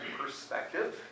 perspective